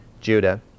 Judah